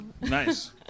nice